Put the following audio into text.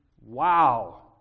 Wow